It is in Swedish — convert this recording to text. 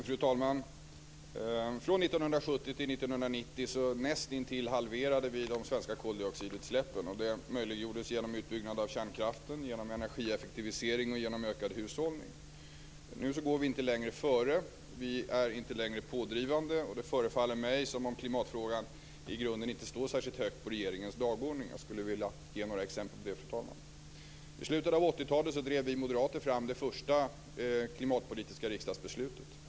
Fru talman! Från 1970 till 1990 halverade vi nästintill de svenska koldioxidutsläppen. Det möjliggjordes genom utbyggnad av kärnkraften, genom energieffektivisering och genom ökad hushållning. Nu går vi inte längre före. Vi är inte längre pådrivande. Det förefaller mig som om klimatfrågan i grunden inte står särskilt högt på regeringens dagordning. Jag skulle vilja ge några exempel på detta, fru talman. I slutet av 80-talet drev vi moderater fram det första klimatpolitiska riksdagsbeslutet.